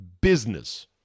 business